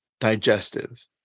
digestive